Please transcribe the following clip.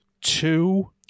two